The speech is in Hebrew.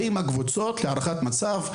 באים הקבוצות להערכת מצב,